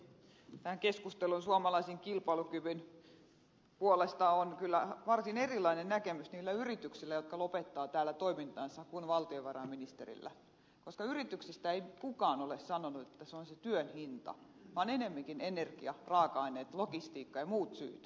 tähän keskusteluun suomalaisen kilpailukyvyn puolesta on kyllä varsin erilainen näkemys niillä yrityksillä jotka lopettavat täällä toimintansa kuin valtiovarainministerillä koska yrityksistä ei kukaan ole sanonut että se on se työn hinta minkä takia ne täältä lähtevät vaan ennemminkin energia raaka aineet logistiikka ja muut syyt